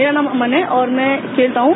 मेरा नाम अमन हैऔर मैं खेलता हूं